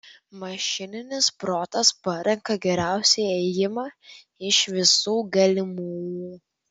mašininis protas parenka geriausią ėjimą iš visų galimų